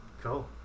cool